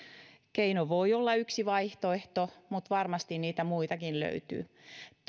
keino voi olla yksi vaihtoehto mutta varmasti niitä muitakin löytyy